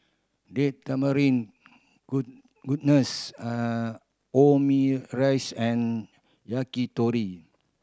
Date Tamarind Omurice and Yakitori